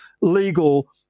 legal